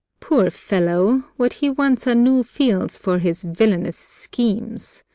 poor fellow, what he wants are new fields for his villainous schemes.